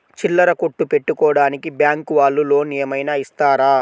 చిల్లర కొట్టు పెట్టుకోడానికి బ్యాంకు వాళ్ళు లోన్ ఏమైనా ఇస్తారా?